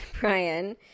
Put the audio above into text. Brian